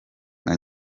nka